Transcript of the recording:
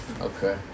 Okay